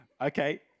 okay